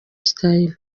style